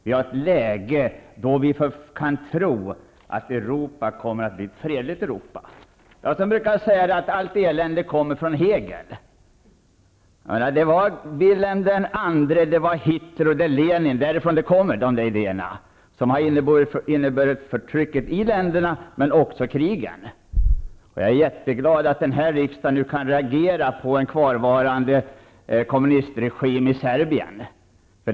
Vi har ett läge då vi kan tro att Europa kommer att bli ett fredligt Jag brukar säga att allt elände kommer från Hegel. Hans idéer har inneburit förtryck i länderna och krig, från Vilhelm II, Hitler och Lenin. Jag är därför jätteglad att denna riksdag nu kan reagera på en kvarvarande kommunistregim i Serbien.